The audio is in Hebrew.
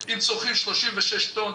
- אם צורכים 36 טון,